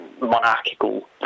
monarchical